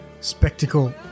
Spectacle